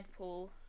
Deadpool